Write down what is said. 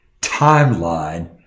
timeline